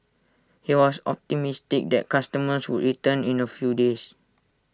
he was optimistic their customers would return in A few days